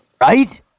Right